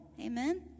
amen